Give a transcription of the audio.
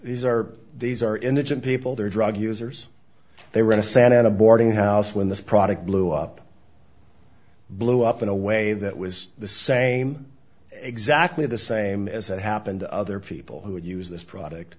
these are these are indigent people they're drug users they were in the sand in a boarding house when this product blew up blew up in a way that was the same exactly the same as it happened to other people who would use this product